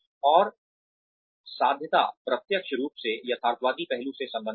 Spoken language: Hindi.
और साध्यता प्रत्यक्ष रूप से यथार्थवादी पहलू से संबंधित है